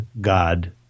God